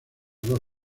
dos